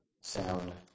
sound